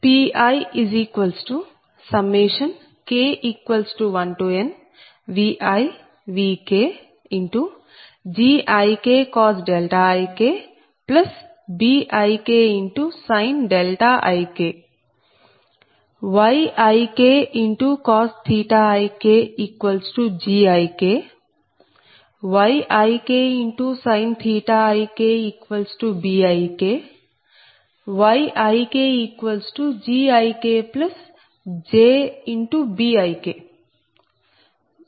Pik1nViVkGikik Bikik Yik ik Gik Yik ik Bik YikGikjBik